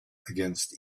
against